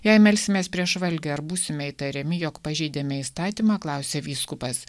jei melsimės prieš valgį ar būsime įtariami jog pažeidėme įstatymą klausia vyskupas